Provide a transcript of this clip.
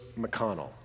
McConnell